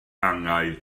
angau